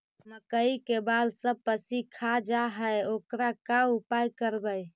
मकइ के बाल सब पशी खा जा है ओकर का उपाय करबै?